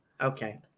Okay